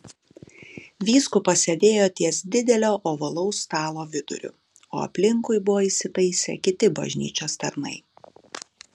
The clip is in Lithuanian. vyskupas sėdėjo ties didelio ovalaus stalo viduriu o aplinkui buvo įsitaisę kiti bažnyčios tarnai